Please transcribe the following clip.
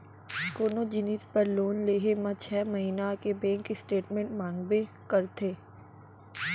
कोनो जिनिस बर लोन लेहे म छै महिना के बेंक स्टेटमेंट मांगबे करथे